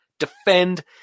defend